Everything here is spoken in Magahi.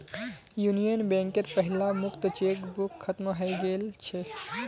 यूनियन बैंकेर पहला मुक्त चेकबुक खत्म हइ गेल छ